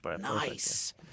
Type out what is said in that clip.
Nice